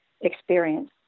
experience